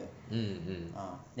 mm mm